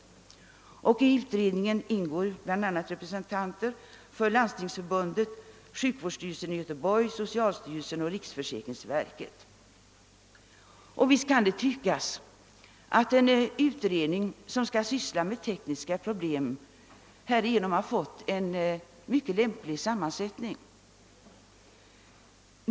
I utredningen ingår bl.a. representanter för Landstingsförbundet, sjukvårdsstyrelsen i Göteborg, socialstyrelsen och riksförsäkringsverket. Visst kan det tyckas att en utredning som skall syssla med tekniska problem härigenom fått en mycket lämplig sammansättning.